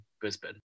Brisbane